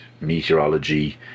meteorology